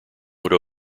would